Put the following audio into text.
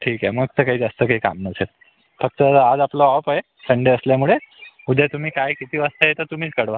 ठीक आहे मग तर काही जास्त काही काम नसेल फक्त आज आपला ऑफ आहे संडे असल्यामुळे उद्या तुम्ही काय किती वाजता येता तुम्हीच कळवा